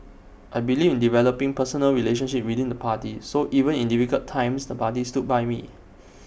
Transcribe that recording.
I believe in developing personal relationships within the party so even in difficult times the party stood by me